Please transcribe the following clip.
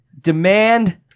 demand